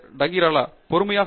டங்கிராலா பொறுமையாக இருங்கள்